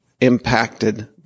impacted